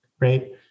Right